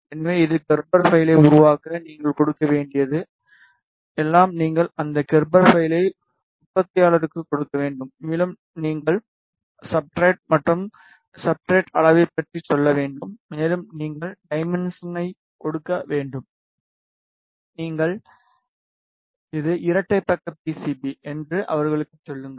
எனவே இது கெர்பர் பைலை உருவாக்கும் நீங்கள் கொடுக்க வேண்டியது எல்லாம் நீங்கள் அந்த கெர்பர் பைலை உற்பத்தியாளருக்குக் கொடுக்க வேண்டும் மேலும் நீங்கள் சப்ஸ்ட்ரட் மற்றும் சப்ஸ்ட்ரட் அளவைப் பற்றி சொல்ல வேண்டும் மேலும் நீங்கள் டைமென்ஷனை கொடுக்க வேண்டும் நீங்கள் வேண்டும் இது இரட்டை பக்க பிசிபி என்று அவர்களுக்குச் சொல்லுங்கள்